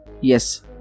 yes